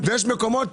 ויש מקומות,